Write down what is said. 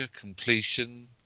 completion